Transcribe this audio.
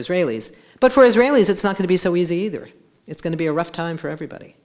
israelis but for israelis it's not going to be so easy either it's going to be a rough time for everybody